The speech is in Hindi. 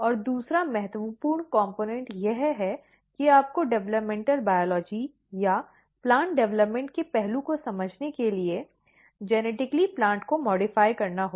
और दूसरा महत्वपूर्ण कम्पोनन्ट यह है कि आपको डेवलपमेंटल बायोलॉजी या प्लांट डेवलपमेंट के पहलू को समझने के लिए जनिटिक्ली प्लांट को संशोधित करना होगा